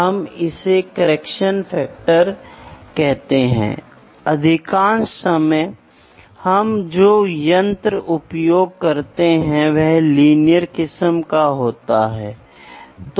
तो यह indirect measurement के मूल्य को बिल्कुल विस्थापित कर देता है फिर हम एक शाफ्ट का माप करने की कोशिश करते हैं